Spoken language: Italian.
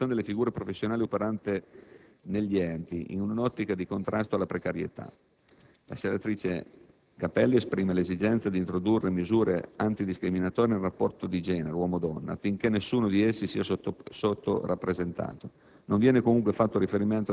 Infine, propone una stabilizzazione delle figure professionali operanti negli enti, in un'ottica di contrasto alla precarietà. La senatrice Capelli esprime l'esigenza di introdurre misure antidiscriminatorie del rapporto di genere (uomo - donna) affinché nessuno di essi sia sottorappresentato.